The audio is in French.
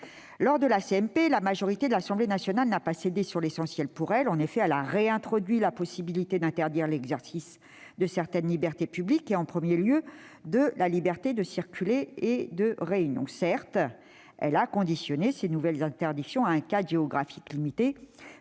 paritaire, la majorité de l'Assemblée nationale n'a pas cédé sur ce qui constitue pour elle l'essentiel. En effet, elle a réintroduit la possibilité d'interdire l'exercice de certaines libertés publiques, en premier lieu les libertés de circulation et de réunion. Certes, elle a conditionné ces nouvelles interdictions à un cadre géographique limité,